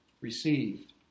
received